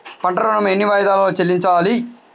పంట ఋణం ఎన్ని వాయిదాలలో చెల్లించాలి?